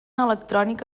electrònic